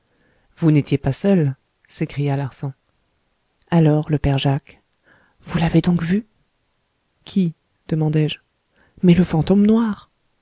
vous n'étiez pas seul s'écria larsan alors le père jacques vous l'avez donc vu qui demandai-je mais le fantôme noir